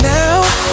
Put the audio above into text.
now